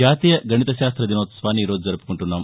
జాతీయ గణిత శాస్త్ర దినోత్సవాన్ని ఈరోజు జరుపుకుంటున్నాం